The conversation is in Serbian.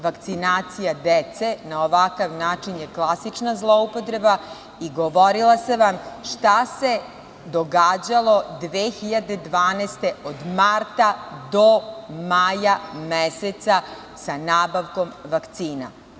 Vakcinacija dece na ovakav način je klasična zloupotreba i govorila sam vam šta se događalo 2012. godine od marta do maja meseca sa nabavkom vakcina.